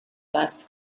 bus